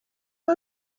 are